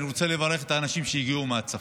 לברך את האנשים שהגיעו מהצפון,